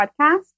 podcast